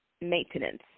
maintenance